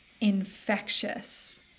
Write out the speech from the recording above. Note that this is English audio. infectious